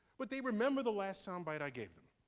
but they remember the last sound bite i gave them.